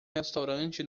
restaurante